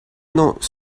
note